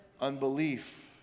unbelief